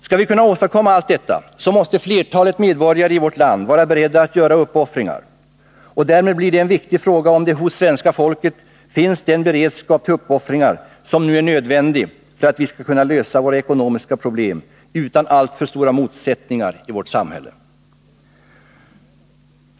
Skall vi kunna åstadkomma allt detta måste flertalet medborgare i vårt land vara beredda att göra uppoffringar. Därmed blir det en viktig fråga, om det hos det svenska folket finns den beredskap till uppoffringar som nu är nödvändig för att vi skall kunna lösa våra ekonomiska problem utan alltför stora motsättningar i vårt samhälle.